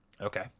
okay